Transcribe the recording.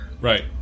Right